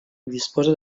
disposa